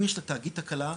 אם יש לתאגיד תקלה,